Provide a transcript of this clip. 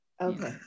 Okay